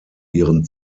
ihren